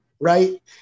right